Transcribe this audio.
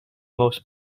most